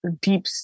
deep